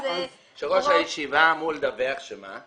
ראש הישיבה אמור לדווח על מה?